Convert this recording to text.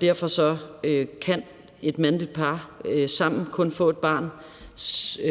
Derfor kan et mandligt par sammen kun få et barn,